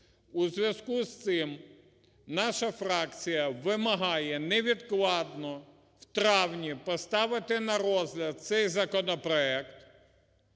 У зв'язку з цим наша фракція вимагає невідкладно в травні поставити на розгляд цей законопроект